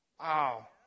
Wow